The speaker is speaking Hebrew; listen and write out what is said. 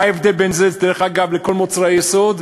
מה ההבדל בין זה, דרך אגב, לכל מוצרי היסוד?